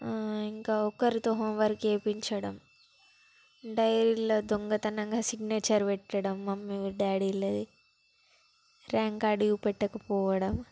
ఇంకా ఒకరితో homework చేయించడం డైరీలో దొంగతనంగా సిగ్నేచర్ పెట్టడం మమ్మీవి డాడీలది ర్యాంక్ కార్డు చూపెట్టకపోవడం